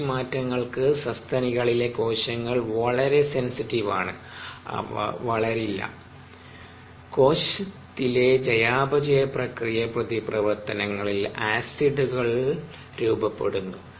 H മാറ്റങ്ങൾക്ക് സസ്തനികളിലെ കോശങ്ങൾ വളരെ സെൻസിറ്റീവ് ആണ് അവ വളരില്ല കോശത്തിലെ ചയാപചയപ്രക്രിയ പ്രതിപ്രവർത്തനങ്ങളിൽ ആസിഡുകൾ രൂപപ്പെടുന്നു